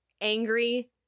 Angry